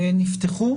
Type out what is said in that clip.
נפתחו,